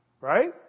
right